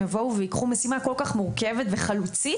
יבואו וייקחו משימה כל כך מורכבת וחלוצית,